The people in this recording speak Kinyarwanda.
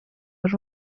ari